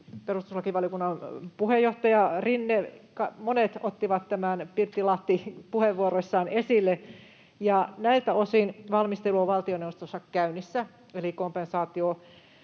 perustuslakivaliokunnan puheenjohtaja Rinne, Pirttilahti, monet, ottivat tämän puheenvuoroissaan esille. Näiltä osin valmistelu on valtioneuvostossa käynnissä, eli kompensaatiomalli